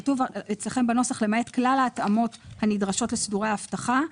כתוב אצלכם בנוסח 'למעט כלל ההתאמות הנדרשות לסידורי אבטחה'.